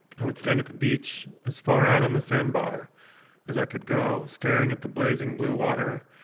i would stand at the beach, as far out on the sandbar as i could go, staring at the blazing blue water,